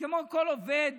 כמו כל עובד